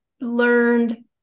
learned